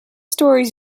stories